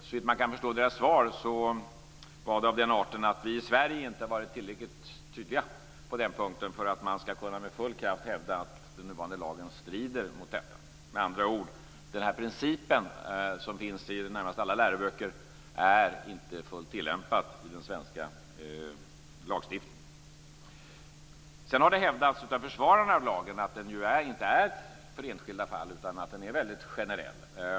Såvitt man kan förstå var deras svar av den arten att vi i Sverige inte har varit tillräckligt tydliga på den punkten för att man med full kraft skall kunna hävda att den nuvarande lagen strider mot detta. Med andra ord är den här principen, som finns i det närmaste alla läroböcker, inte fullt tillämpad i den svenska lagstiftningen. Sedan har det hävdats av försvararna av lagen att den ju inte är för enskilda fall utan är väldigt generell.